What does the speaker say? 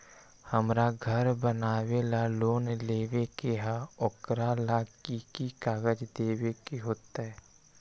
हमरा घर बनाबे ला लोन लेबे के है, ओकरा ला कि कि काग़ज देबे के होयत?